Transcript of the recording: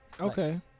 Okay